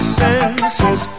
senses